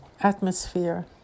atmosphere